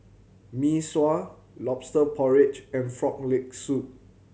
Mee Sua Lobster Porridge and Frog Leg Soup